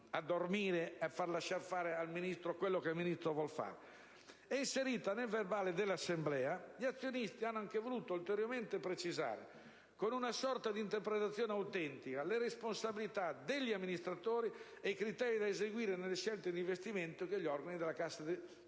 a dormire lasciando fare al Ministro ciò che vuole), inserita nel verbale dell'assemblea. Gli azionisti hanno anche voluto ulteriormente precisare, con una sorta di interpretazione autentica, le responsabilità degli amministratori e i criteri da eseguire nelle scelte di investimento che gli organi della Cassa dovranno